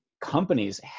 Companies